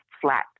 flat